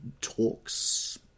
talks